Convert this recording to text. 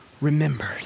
remembered